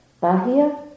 Bahia